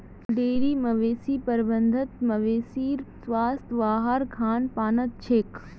dairy मवेशी प्रबंधत मवेशीर स्वास्थ वहार खान पानत छेक